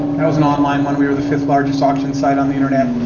that was an online one, we were the fifth largest auction site on the internet.